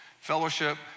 fellowship